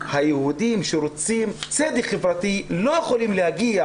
היהודים שרוצים צדק חברתי לא יכולים להגיע